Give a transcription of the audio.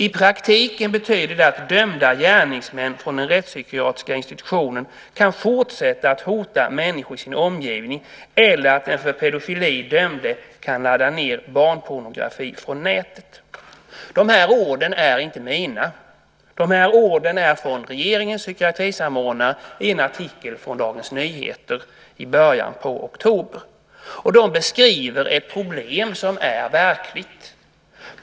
I praktiken betyder det att dömda gärningsmän från den rättspsykiatriska institutionen kan fortsatta att hota människor i sin omgivning eller att den för pedofili dömde kan ladda ned barnpornografi från nätet. Dessa ord är inte mina, utan de kommer från regeringens psykiatrisamordnare i en artikel i Dagens Nyheter i början av oktober. Han beskriver ett problem som är verkligt.